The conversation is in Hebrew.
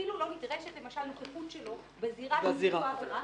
אפילו לא נדרשת נוכחות שלו בזירת ביצוע העבירה,